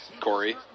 Corey